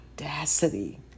audacity